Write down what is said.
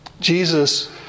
Jesus